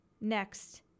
Next